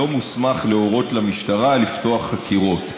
לא מוסמך להורות למשטרה לפתוח חקירות,